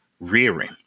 Rearing